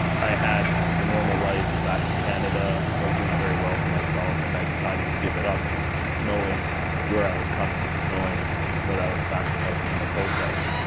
i had a normal life back in canada, i was doing very well for myself and i decided to give it up knowing where i was coming, knowing what i was sacrificing in the process.